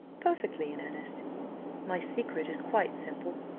perfectly in earnest my secret is quite simple.